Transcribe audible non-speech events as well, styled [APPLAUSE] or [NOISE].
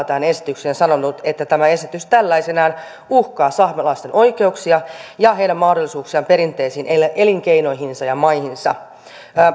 [UNINTELLIGIBLE] tähän esitykseen sanonut että tämä esitys tällaisenaan uhkaa saamelaisten oikeuksia ja heidän mahdollisuuksiaan perinteisiin elinkeinoihinsa ja maihinsa